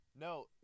No